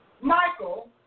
Michael